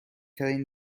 ترین